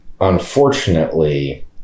Unfortunately